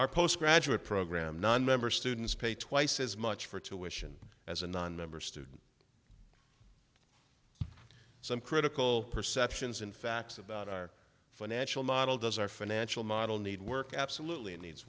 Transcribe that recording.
our postgraduate program nonmember students pay twice as much for tuition as a nonmember student some critical perceptions and facts about our financial model does our financial model need work absolutely it needs